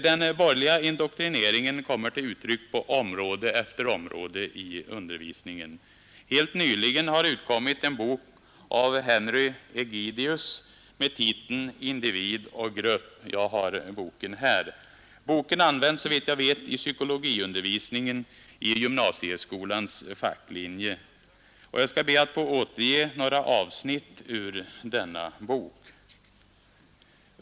Den borgerliga indoktrineringen kommer till uttryck på område efter omrade i undervisningen. Helt nyligen har utkommit en bok av Henry kgidius med titeln ”Individ och grupp”. Boken används i psykologiundervisningen på gymnasieskolans facklinje. Jag skall be att få återge några avsnitt ur denna bok.